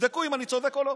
תבדקו אם אני צודק או לא.